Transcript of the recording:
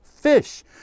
fish